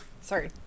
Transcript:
sorry